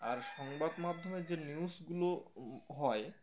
আর সংবাদ মাধ্যমে যে নিউজগুলো হয়